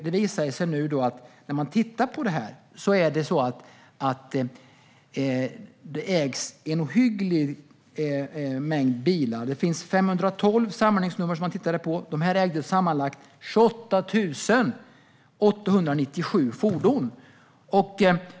Det visar sig nu att det ägs en ohygglig mängd bilar. Det finns 512 samordningsnummer som man har tittat på som sammanlagt äger 28 897 fordon.